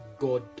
god